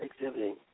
exhibiting